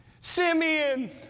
Simeon